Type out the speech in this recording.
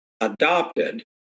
adopted